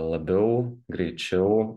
labiau greičiau